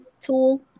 tool